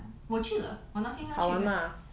ah 我去了我那天刚刚去